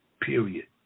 period